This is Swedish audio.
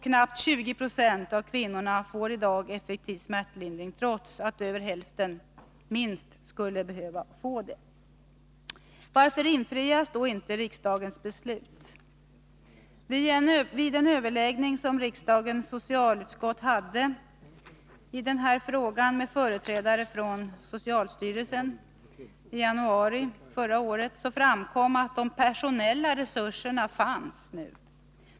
Knappt 20 90 av kvinnorna får i dag effektiv smärtlindring, trots att över hälften skulle behöva få det. Varför fullföljs inte riksdagens beslut? Vid en hearing som riksdagens socialutskott, med företrädare från socialstyrelsen, hade i denna fråga i januari förra året framkom att de personella resurserna nu fanns.